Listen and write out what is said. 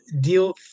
deal